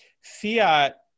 fiat